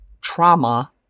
trauma